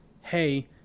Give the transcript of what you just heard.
hey